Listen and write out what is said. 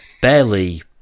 barely